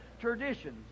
traditions